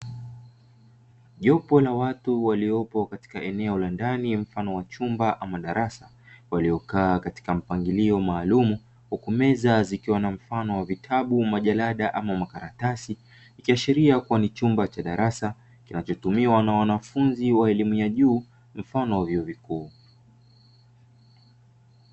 Jopo la watu waliopo katika eneo la ndani mfano wa chumba ama darasa waliokaa katika mpangilio maalumu, huku meza zikiwa na mfano wa vitabu, majalada ama makaratasi, ikiashiria kuwa ni chumba cha darasa kinachotumiwa na wanafunzi wa elimu ya juu mfano wa vyuo vikuu.